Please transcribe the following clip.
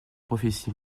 prophéties